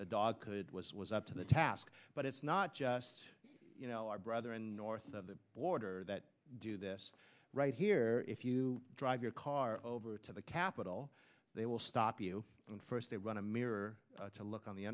the dog could was was up to the task but it's not just our brother and north of the border that do this right here if you drive your car over to the capitol they will stop you and first they run a mirror to look on the